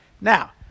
Now